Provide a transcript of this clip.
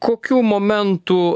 kokių momentų